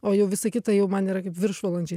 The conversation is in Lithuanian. o jau visa kita jau man yra kaip viršvalandžiai